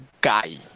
guy